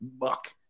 muck